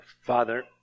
Father